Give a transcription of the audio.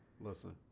listen